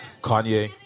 Kanye